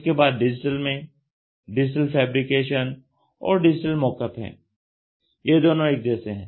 उसके बाद डिजिटल में डिजिटल फेब्रिकेशन और डिजिटल मॉकअप हैं यह दोनों एक जैसे हैं